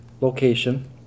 location